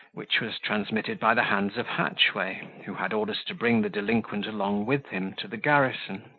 which was transmitted by the hands of hatchway, who had orders to bring the delinquent along with him to the garrison